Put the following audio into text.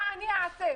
מה אני אעשה?